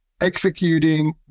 executing